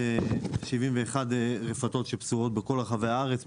ב-771 רפתות שפזורות בכל רחבי הארץ,